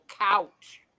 couch